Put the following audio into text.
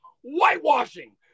whitewashing